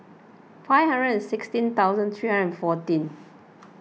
five hundred and sixteen thousand three hundred and fourteen